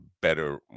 better